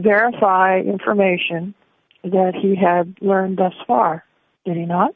verify information that he had learned thus far in the not